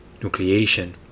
nucleation